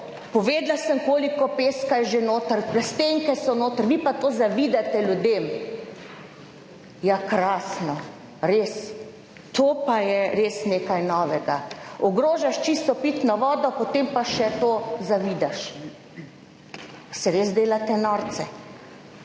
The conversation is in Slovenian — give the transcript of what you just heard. Povedala sem koliko peska je že noter, plastenke so noter, vi pa to zavidate ljudem. Ja, krasno, res, to pa je res nekaj novega. Ogrožaš čisto pitno vodo, potem pa še to zavidaš. Se res delate norce.